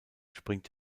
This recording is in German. springt